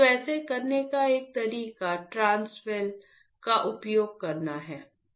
तो ऐसा करने का एक तरीका ट्रांसवेल का उपयोग करना है